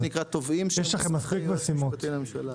מה שנקרא תובעים שהם מוסמכי היועץ המשפטי לממשלה.